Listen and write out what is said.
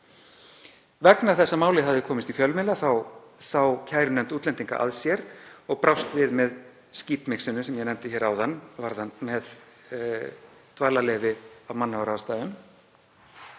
Vegna þess að málið hafði komist í fjölmiðla sá kærunefnd útlendinga að sér og brást við með skítamixinu sem ég nefndi hér áðan, með dvalarleyfi af mannúðarástæðum.